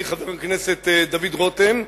ידידי חבר הכנסת דוד רותם.